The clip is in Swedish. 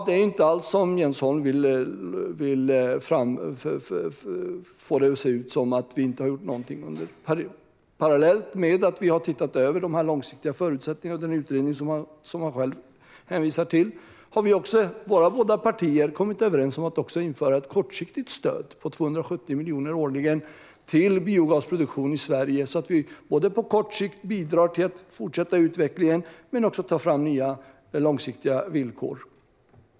Det är inte alls som Jens Holm vill få det att se ut - att vi inte har gjort någonting. Parallellt med att vi har tittat över de långsiktiga förutsättningarna och den utredning som han själv hänvisar till har våra båda partier kommit överens om att införa ett kortsiktigt stöd på 270 miljoner årligen till biogasproduktion i Sverige, så att vi på kort sikt bidrar till att fortsätta utvecklingen men också tar fram nya långsiktiga villkor.